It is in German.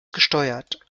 gesteuert